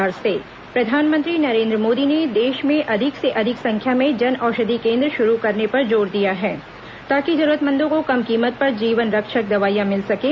प्रधानमंत्री video conferencing प्रधानमंत्री नरेन्द्र मोदी ने देश में अधिक से अधिक संख्या में जनऔषधी केन्द्र शुरू करने पर जोर दिया है ताकि जरूरतमंदों को कम कीमत पर जीवन रक्षक दवाईयां मिल सकें